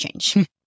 change